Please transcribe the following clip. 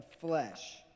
flesh